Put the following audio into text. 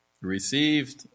received